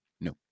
No